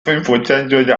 fünfprozenthürde